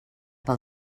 pel